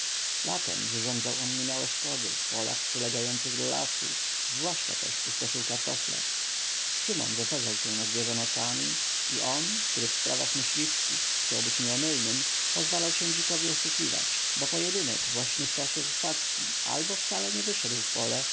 wyrządzał on niemałe szkody w polach przylegających do lasu zwłaszcza też pustoszył kartofle szymon zasadzał się na zwierza nocami i on który w sprawach myśliwskich chciał być nieomylnym pozwalał się dzikowi oszukiwać bo pojedynek właśnie w czasie zasadzki albo wcale nie wyszedł